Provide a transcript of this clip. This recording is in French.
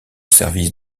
service